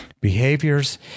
Behaviors